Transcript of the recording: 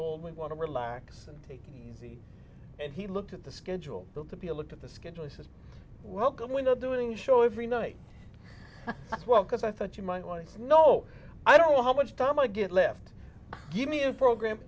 scold we want to relax and take it easy and he looked at the schedule looked at the a look at the schedule he says welcome without doing show every night well because i thought you might want to know i don't know how much tom i get left give me a program